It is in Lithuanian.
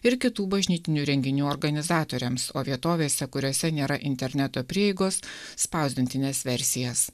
ir kitų bažnytinių renginių organizatoriams o vietovėse kuriose nėra interneto prieigos spausdintines versijas